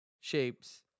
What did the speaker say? shapes